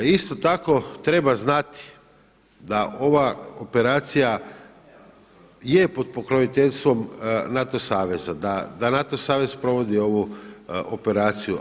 Isto tako treba znati da ova operacija je pod pokroviteljstvom NATO saveza, da NATO savez provodi ovu operaciju.